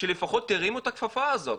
שלפחות הרימו את הכפפה הזאת.